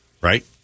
Right